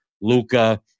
Luca